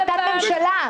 אז עוד ארבעה חודשים,